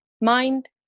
mind